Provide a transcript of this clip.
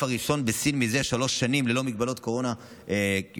הראשון בסין זה שלוש שנים ללא מגבלות קורונה נוקשות,